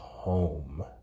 home